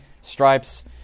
stripes